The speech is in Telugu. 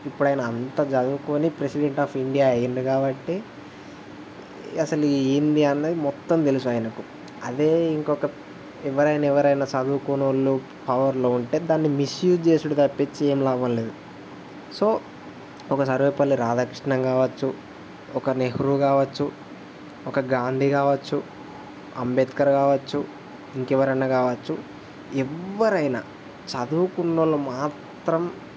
ఇప్పుడు ఆయన అంత చదువుకొని ప్రెసిడెంట్ ఆఫ్ ఇండియా అయ్యాడు కాబట్టి అసలు ఏంటి అన్నది మొత్తం తెలుసు ఆయనకు అదే ఇంకొక ఎవరైనా ఎవరైనా చదువుకోని వాళ్ళు పవర్లో ఉంటే దాన్ని మిస్యూస్ చేయడం తప్పించి ఏం లాభం లేదు సో ఒక సర్వేపల్లి రాధాకృష్ణన్ కావచ్చు ఒక నెహ్రూ కావచ్చు ఒక గాంధీ కావచ్చు అంబేద్కర్ కావచ్చు ఇంకెవరైనా కావచ్చు ఎవరైనా చదువుకున్నవాళ్ళు మాత్రం